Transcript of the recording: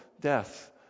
death